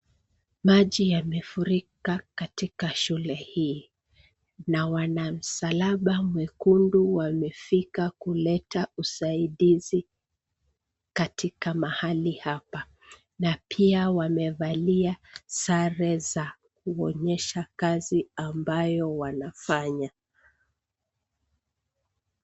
Maji yamefurika katika shule hii na wana msalaba mwekundu wamefika kuleta usaidizi katika mahali hapa na pia wamevalia sare za kuonyesha kazi ambayo wanafanya.